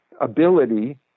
ability